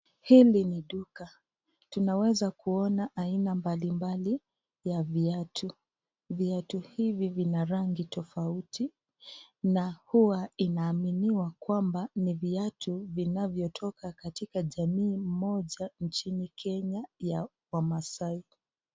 Hili ni duka. Tunaweza kuona aina mbalimbali ya viatu. Viatu hivi vina rangi tofauti na huwa inaaminiwa kwamba ni viatu vinavyotoka katika jamii moja nchini Kenya ya Wamasai.